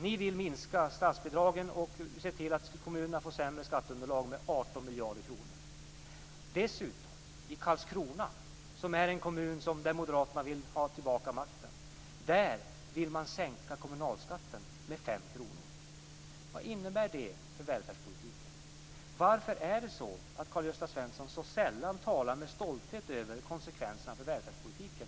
Ni vill minska statsbidragen och se till att kommunerna får ett sämre skatteunderlag med 18 miljarder kronor. I Karlskrona, som är en kommun där Moderaterna vill ha tillbaka makten, vill de dessutom sänka kommunalskatten med 5 kr. Vad innebär det för välfärdspolitiken? Varför talar Karl-Gösta Svenson så sällan med stolthet om konsekvenserna för välfärdspolitiken?